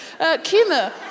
Kima